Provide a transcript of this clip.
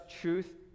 truth